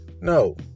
No